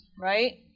right